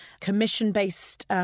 Commission-based